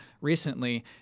recently